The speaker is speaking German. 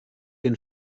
den